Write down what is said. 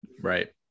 Right